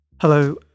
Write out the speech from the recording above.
Hello